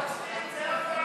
פלסטין זה לא גורם זר.